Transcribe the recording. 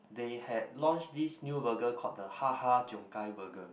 they had launched this new burger call the Ha Ha-Cheong-Gai burger